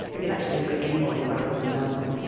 but you'll actually look at anybody rather than no one,